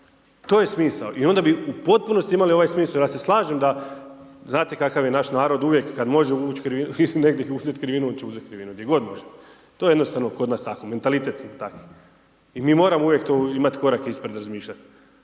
To je smisao i onda bismo u potpunosti imali ovaj smisao. Ja se slažem da, znate kakav je naš narod uvijek kada može uzeti negdje krivinu on će uzeti krivinu gdje god može. To je jednostavno kod nas tako, mentalitet je takav. I mi moramo to uvijek imati korak ispred razmišljati.